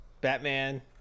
Batman